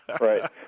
Right